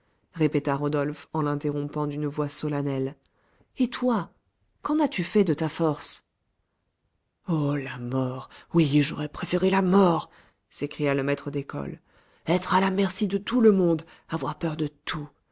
répéta rodolphe en l'interrompant d'une voix solennelle et toi qu'en as-tu fait de ta force oh la mort oui j'aurais préféré la mort s'écria le maître d'école être à la merci de tout le monde avoir peur de tout